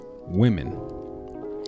women